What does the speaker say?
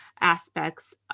aspects